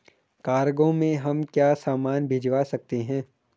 Cargo में हम क्या क्या सामान भिजवा सकते हैं?